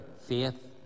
Faith